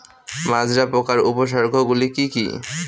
মাজরা পোকার উপসর্গগুলি কি কি?